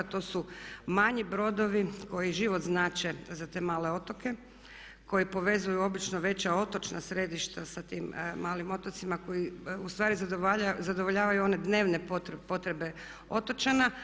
To su manji brodovi koji život znače za te male otoke koji povezuju obično veća otočna središta sa tim malim otocima koji u stvari zadovoljavaju one dnevne potrebe otočana.